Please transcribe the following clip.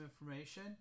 information